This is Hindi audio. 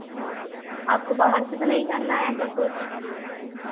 आपको बाहर से तो नहीं करना है ऐसा कुछ